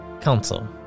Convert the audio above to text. council